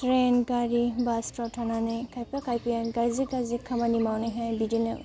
train गारि बासफ्राव थानानै खायफा खायफाया गाज्रि गाज्रि खामानि मावनानैहाय बिदिनो